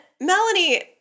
Melanie